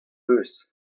eus